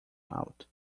out